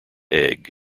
egg